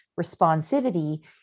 responsivity